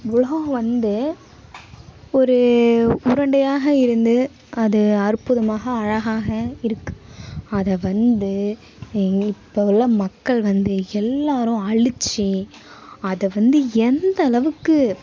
உலகம் வந்து ஒரு உருண்டையாக இருந்து அது அற்புதமாக அழகாக இருக்குது அதை வந்து இப்போ உள்ள மக்கள் வந்து எல்லோரும் அழிச்சி அதை வந்து எந்த அளவுக்கு